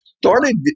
started